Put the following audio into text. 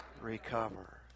recover